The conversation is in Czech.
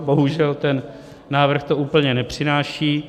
Bohužel ten návrh to úplně nepřináší.